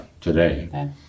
today